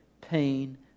pain